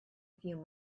few